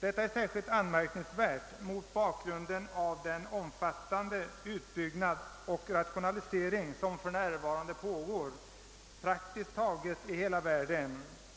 Detta är särskilt anmärkningsvärt mot bakgrund av den omfattande utbyggnad och rationalisering som för närvarande pågår praktiskt taget i hela världen.